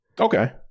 okay